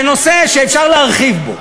זה נושא שאפשר להרחיב בו.